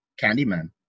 Candyman